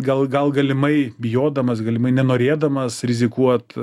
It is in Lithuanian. gal gal galimai bijodamas galimai nenorėdamas rizikuot